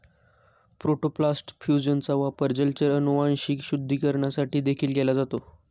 protoplast फ्यूजनचा वापर जलचर अनुवांशिक शुद्धीकरणासाठी देखील केला जातो